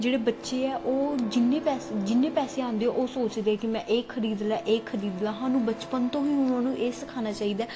ਜਿਹੜੇ ਬੱਚੇ ਆ ਉਹ ਜਿੰਨੇ ਪੈਸੇ ਜਿੰਨੇ ਪੈਸੇ ਆਉਂਦੇ ਉਹ ਸੋਚਦੇ ਕਿ ਮੈਂ ਇਹ ਖਰੀਦ ਲਾਂ ਇਹ ਖਰੀਦ ਲਾਂ ਸਾਨੂੰ ਬਚਪਨ ਤੋਂ ਹੀ ਉਹਨਾਂ ਨੂੰ ਇਹ ਸਿਖਾਉਣਾ ਚਾਹੀਦਾ